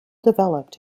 developed